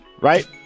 right